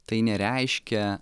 tai nereiškia